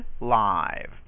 live